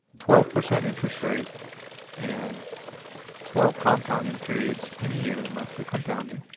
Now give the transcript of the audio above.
twelve percent interest rate and twelve compounding periods in a year, monthly compounding.